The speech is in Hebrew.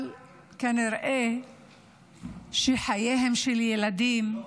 אבל כנראה שחייהם של ילדים,